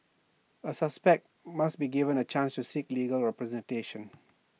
A suspect must be given A chance to seek legal representation